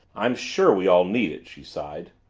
i'm sure we all need it, she sighed.